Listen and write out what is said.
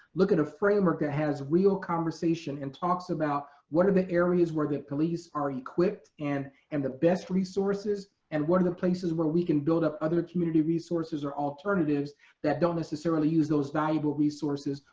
look at a framework that has real conversation and talks about what are the areas where the police are equipped and and the best resources, and what are the places where we can build up other community resources or alternatives that don't necessarily use those valuable resources,